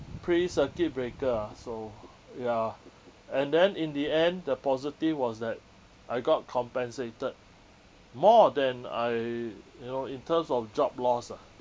pre circuit breaker ah so ya and then in the end the positive was that I got compensated more than I you know in terms of job loss ah